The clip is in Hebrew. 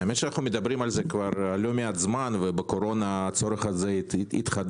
האמת שאנו מדברים על זה לא מעט זמן ובקורונה הצורך הזה התחדד.